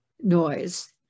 noise